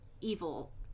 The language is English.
evil